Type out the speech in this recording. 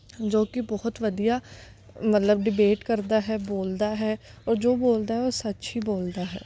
ਜੋ ਕਿ ਬਹੁਤ ਵਧੀਆ ਮਤਲਬ ਡਿਬੇਟ ਕਰਦਾ ਹੈ ਬੋਲਦਾ ਹੈ ਔਰ ਜੋ ਬੋਲਦਾ ਉਹ ਸੱਚ ਹੀ ਬੋਲਦਾ ਹੈ